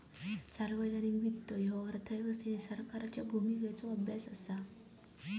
सार्वजनिक वित्त ह्यो अर्थव्यवस्थेतील सरकारच्या भूमिकेचो अभ्यास असा